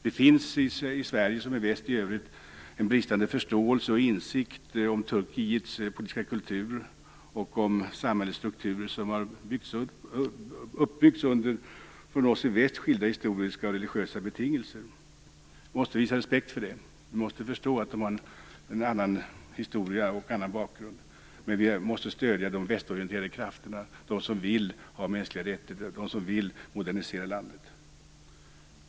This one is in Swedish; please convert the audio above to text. Det finns i Sverige, som i väst i övrigt, en bristande förståelse för och insikt i Turkiets politiska kultur och dess samhällsstruktur, vilken har byggts upp under från oss i väst skilda historiska och religiösa betingelser. Vi måste visa respekt för det. Vi måste förstå att de har en annan historia och en annan bakgrund. Men vi måste också stödja de västorienterade krafterna - de som vill ha mänskliga rättigheter, de som vill modernisera landet.